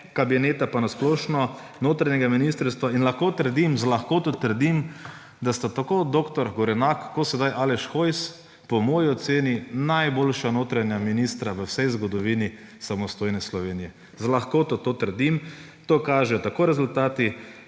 kabineta in na splošno notranjega ministrstva in lahko z lahkoto trdim, da sta tako dr. Gorenak kot sedaj Aleš Hojs po moji oceni najboljša notranja ministra v vsej zgodovini samostojne Slovenije. Z lahkoto to trdim. To kažejo tako rezultati